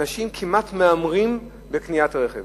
אנשים כמעט מהמרים בקניית רכב.